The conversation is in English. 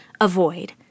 Avoid